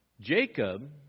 Jacob